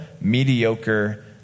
mediocre